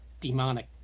demonic